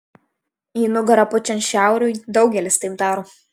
į nugarą pučiant šiauriui daugelis taip daro